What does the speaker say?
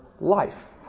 life